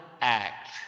act